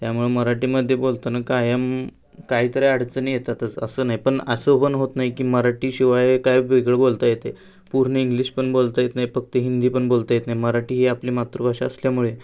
त्यामुळे मराठीमध्ये बोलताना कायम काहीतरी अडचणी येतातच असं नाही पण असं पण होत नाही की मराठी शिवाय काय वेगळं बोलता येते पूर्ण इंग्लिश पण बोलता येत नाही फक्त हिंदी पण बोलता येत नाही मराठी ही आपली मातृभाषा असल्यामुळे